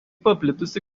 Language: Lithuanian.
paplitusi